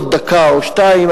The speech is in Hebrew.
עוד דקה או שתיים,